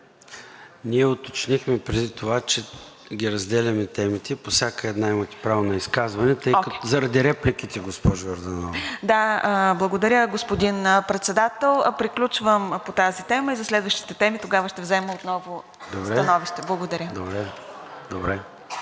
Ние уточнихме преди това, че разделяме темите – по всяка една имате право на изказване, заради репликите, госпожо Йорданова. НАДЕЖДА ЙОРДАНОВА: Благодаря, господин Председател. Приключвам по тази тема и за следващите теми ще взема отново становище. Благодаря.